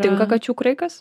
tinka kačių kraikas